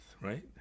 right